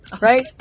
Right